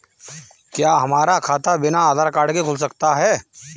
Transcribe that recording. क्या हमारा खाता बिना आधार कार्ड के खुल सकता है?